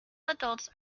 adults